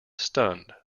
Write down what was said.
stunned